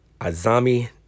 Azami